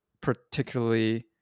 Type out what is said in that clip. particularly